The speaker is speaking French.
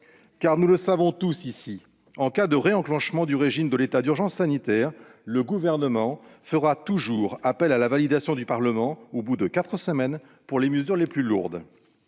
! Nous le savons tous ici : en cas de réenclenchement du régime de l'état d'urgence sanitaire, le Gouvernement fera toujours appel à la validation du Parlement au bout de quatre semaines pour les mesures les plus lourdes.